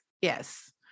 Yes